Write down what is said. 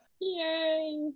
Yay